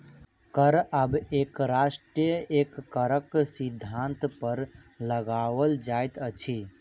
कर आब एक राष्ट्र एक करक सिद्धान्त पर लगाओल जाइत अछि